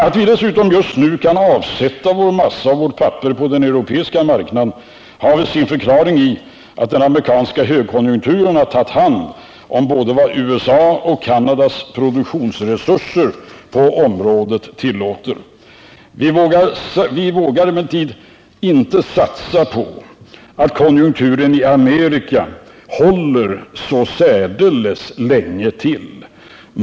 Att vi dessutom just nu kan avsätta vår massa och vårt papper på den europeiska marknaden har sin förklaring i att den amerikanska högkonjunkturen har tagit hand om vad både USA:s och Canadas produktionsresurser på området tillåter. Vi vågar emellertid inte satsa på att konjunkturen i Amerika håller så särdeles länge till.